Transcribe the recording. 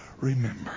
remember